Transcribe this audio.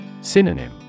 Synonym